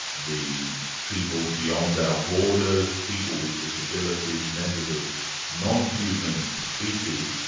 the people beyond our borders, people with disabilities, members of non-human species,